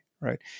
right